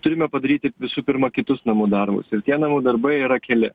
turime padaryti visų pirma kitus namų darbus ir tie namų darbai yra keli